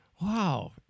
Wow